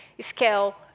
scale